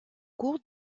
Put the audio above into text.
cours